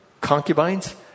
concubines